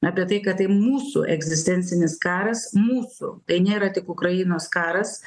apie tai kad tai mūsų egzistencinis karas mūsų tai nėra tik ukrainos karas